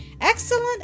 excellent